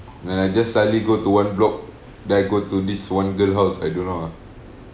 when I just suddenly go to one block then I go to this one girl house I don't know ah